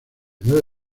nueve